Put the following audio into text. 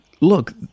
Look